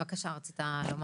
בבקשה, רצית לומר.